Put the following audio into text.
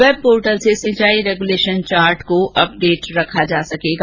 वैंब portal से सिंचाई regulation chart को अपडेड रखा जा सकेगा